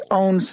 own